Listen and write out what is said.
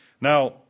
Now